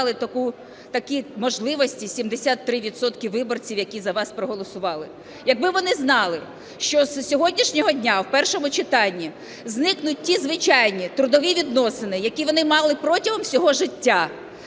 такі можливості 73 відсотки виборців, які за вас проголосували. Якби вони знали, що з сьогоднішнього дня в першому читанні зникнуть ті звичайні трудові відносини, які вони мали протягом всього життя,